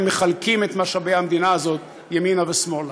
מחלקים את משאבי המדינה הזאת ימינה ושמאלה.